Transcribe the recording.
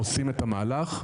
עושים את המהלך?